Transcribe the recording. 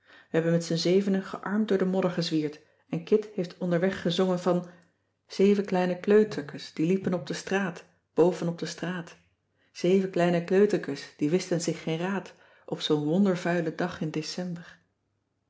we hebben met z'n zevenen gearmd door de modder gezwierd en kit heeft onderweg gezongen van cissy van marxveldt de h b s tijd van joop ter heul zeven kleine kleuterkes die liepen op de straat boven op de straat zeven kleine kleuterkes die wisten zich geen raad op zoo'n wondervuilen dag in december